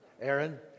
Aaron